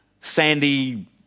sandy